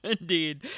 indeed